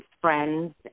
friends